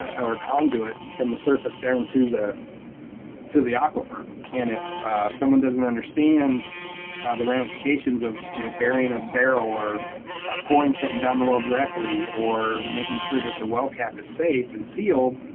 conduit from the surface down to the to the aquifer. and if someone doesn't understand the ramifications of you know bearing a barrel or pouring something down the well directly or making sure that the well cap is safe and sealed,